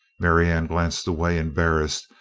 marianne glanced away, embarrassed,